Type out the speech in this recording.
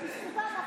בזכותה אנחנו ערים.